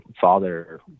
father